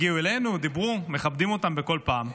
הגיעו אלינו, דיברו, מכבדים אותם בכל פעם.